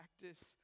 Practice